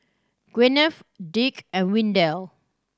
Gwyneth Dick and Windell